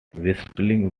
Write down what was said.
whistling